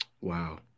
Wow